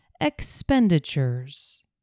expenditures